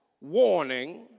warning